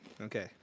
okay